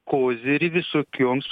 kozirį visokioms